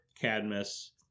Cadmus